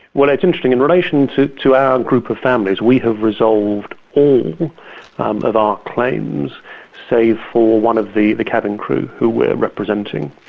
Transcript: well, it's interesting, in relation to to our group of families, we have resolved all um of our claims save for one of the the cabin crew who we are representing.